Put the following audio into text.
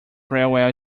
railway